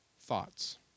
thoughts